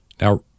Now